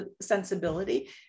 sensibility